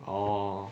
orh